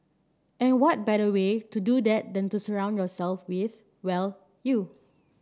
and what better way to do that than to surround yourself with well you